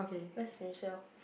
lets finish it all